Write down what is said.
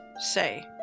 say